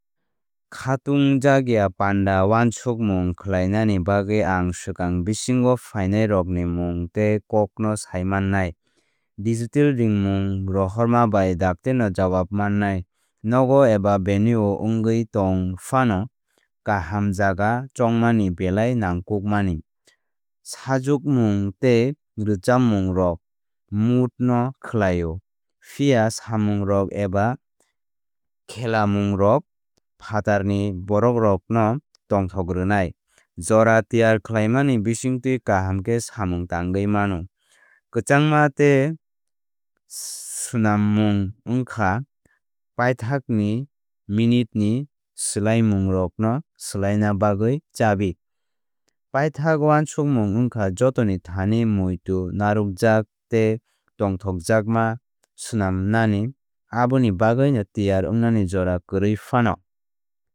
Khatung jakya panda wansukmung khlainani bagwi ang swkang bisingo phainairokni mung tei kokno saimannai. Digital ringmung rohorma bai daktino jawab mannai. Nogo eba venue wngwi tong phano kaham jaga chongmani belai nangkukmani. Sajwkmung tei rwchapmungrok mood no khlaio phiya samungrok eba khelamungrok phatarni borokrokno tongthok rwnai. Jora tiyar khlaimani bisingtwi kaham khe samung tangwi mano. Kwchangma tei swnammung wngkha paithakni minite ni swlaimungrokno swlaina bagwi chabi. Paithak wansugmung wngkha jotoni thani muitu narwkjak tei tongthokjakma swnamnani aboni bagwino tiyar wngnani jora kwrwi phano.